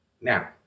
now